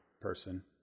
person